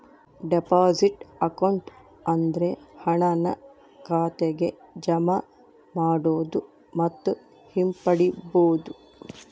deposit account ಅಂದ್ರೆ ಹಣನ ಖಾತೆಗೆ ಜಮಾ ಮಾಡೋದು ಮತ್ತು ಹಿಂಪಡಿಬೋದು